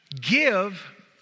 give